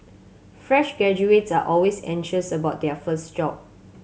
fresh graduates are always anxious about their first job